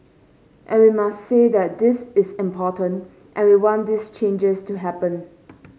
and we must say that this is important and we want these changes to happen